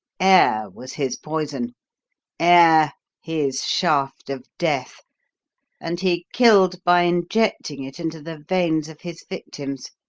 air was his poison air his shaft of death and he killed by injecting it into the veins of his victims.